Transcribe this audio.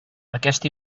aquest